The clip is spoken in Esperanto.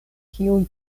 kiuj